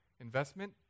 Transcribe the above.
investment